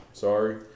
Sorry